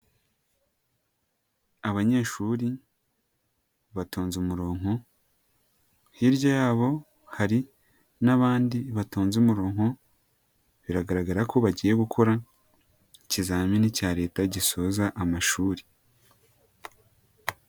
Abanyeshuri batonze umurongo, hirya yabo hari n'abandi batunze umurongo, biragaragara ko bagiye gukora ikizamini cya Leta gisoza amashuri.